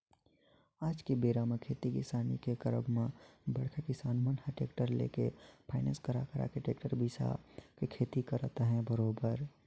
आज के बेरा म खेती किसानी के करब म बड़का किसान मन ह टेक्टर लेके फायनेंस करा करा के टेक्टर बिसा के खेती करत अहे बरोबर